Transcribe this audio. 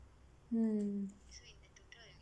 mm